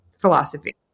philosophy